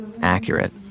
accurate